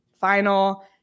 final